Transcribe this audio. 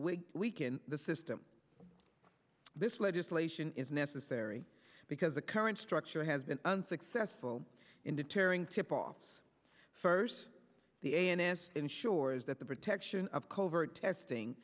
wig weaken the system this legislation is necessary because the current structure has been unsuccessful in deterring tipoffs first the n s a ensures that the protection of covert testing